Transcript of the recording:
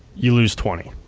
you lose twenty.